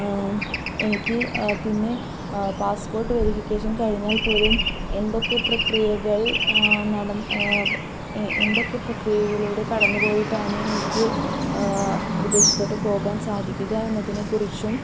എനിക്ക് പിന്നെ passport verification കഴിഞ്ഞാൽ പോലും എന്തൊക്കെ പ്രക്രിയകൾ നടന്ന് എന്തൊക്കെ പ്രക്രിയയിലൂടെ കടന്നുപോയിട്ടാണ് എനിക്ക് വിദേശത്തോട്ടു പോകാൻ സാധിക്കുക എന്നതിനെ കുറിച്ചും